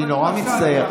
אני נורא מצטער.